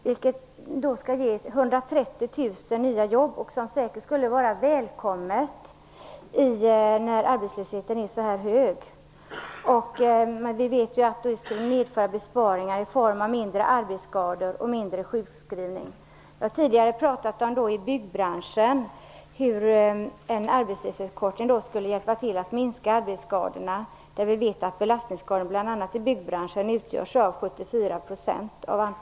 Det skulle ge 130 000 nya jobb, som säkert skulle vara välkomna, när arbetslösheten är så hög. Vi vet att det skulle ge besparingar i form av mindre arbetsskador och mindre sjukskrivningar. Jag har tidigare pratat om byggbranschen och att en arbetstidsförkortning skulle hjälpa till att minska arbetsskadorna. Vi vet att belastningsskadorna, bl.a. i byggbranschen, utgör 74 %